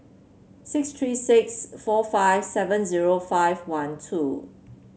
six three six four five seven zero five one two